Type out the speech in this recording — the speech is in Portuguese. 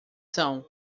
são